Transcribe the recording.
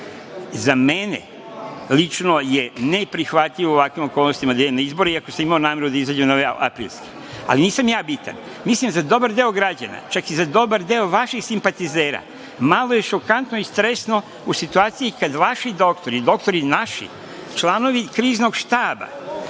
mene lično je ne prihvatljivo u ovakvim okolnostima da idem na izbore iako sam imao nameru da izađem na ove aprilske. Ali, nisam ja bitan, mislim za dobar deo građana, čak i za dobar deo vaših simpatizera malo je šokantno i stresno u situaciji kada vaši doktori, doktori naših, članovi Kriznog štaba